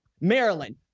Maryland